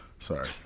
sorry